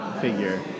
figure